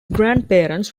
grandparents